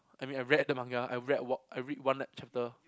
I mean I read the manga I read wa~ I read one night chapter